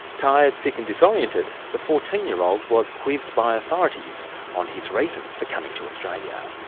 tired, sick and disoriented, the fourteen year old was quizzed by authorities on his reasons for coming to australia.